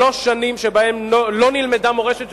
שלוש שנים שבהן לא נלמדה מורשת ז'בוטינסקי,